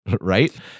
right